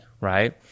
right